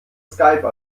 skype